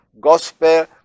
gospel